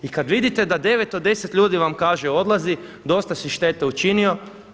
I kad vidite da 9 od 10 ljudi vam kaže odlazi, dosta si štete učinio.